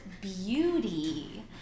beauty